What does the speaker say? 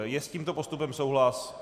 Je s tímto postupem souhlas?